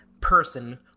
person